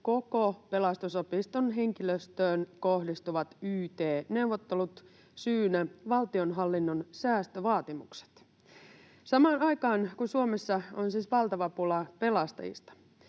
koko Pelastusopiston henkilöstöön kohdistuvat yt-neuvottelut, syynä valtionhallinnon säästövaatimukset. Samaan aikaan kun Suomessa on valtava pula pelastajista,